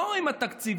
לא עם התקציבים,